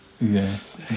yes